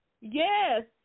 Yes